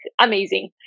amazing